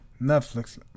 Netflix